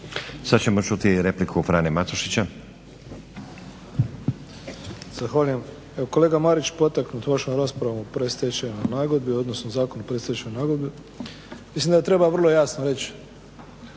Sad ćemo čuti repliku Frane Matušića. **Matušić, Frano (HDZ)** Zahvaljujem. Kolega Marić, potaknut vašom raspravom o predstečajnoj nagodbi, odnosno Zakon o predstečajnoj nagodbi, mislim da treba vrlo jasno reći,